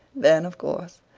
then, of course,